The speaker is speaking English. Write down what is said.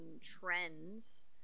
trends